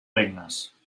regnes